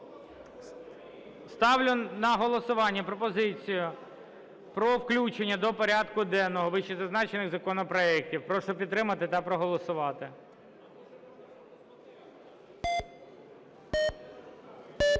Ставлю на голосування пропозицію про включення до порядку денного вищезазначених законопроектів. Прошу підтримати та проголосувати.